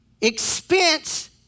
expense